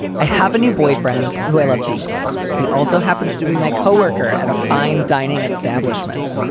i have a new boyfriend who i love deeply. he also happens to be my coworker at a fine dining establishment.